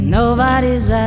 nobody's